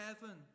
heaven